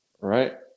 Right